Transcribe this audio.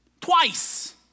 twice